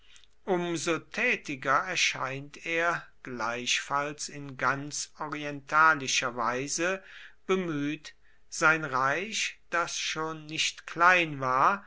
so tätiger erscheint er gleichfalls in ganz orientalischer weise bemüht sein reich das schon nicht klein war